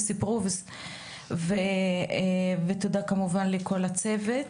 סיפרו ותודה כמובן לכל הצוות.